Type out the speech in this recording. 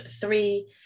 three